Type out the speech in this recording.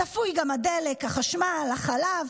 צפוי גם הדלק, החשמל, החלב.